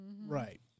Right